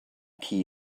key